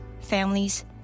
families